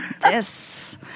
Yes